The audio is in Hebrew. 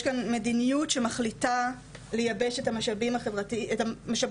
יש כאן מדיניות שמחליטה לייבש את השירותים